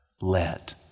let